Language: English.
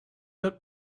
that